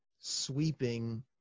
sweeping